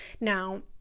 Now